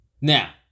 Now